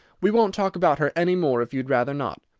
we won't talk about her any more if you'd rather not.